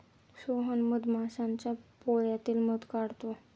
सोहन मधमाश्यांच्या पोळ्यातील मध काढतो